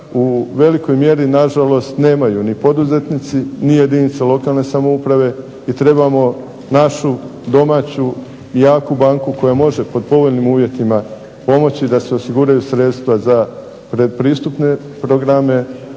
u velikoj mjeri na žalost nemaju ni poduzetnici ni jedinice lokalne samouprave i trebamo našu domaću, jaku banku koja može pod povoljnim uvjetima pomoći da se osiguraju sredstva za predpristupne programe,